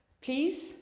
please